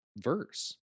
verse